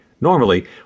Normally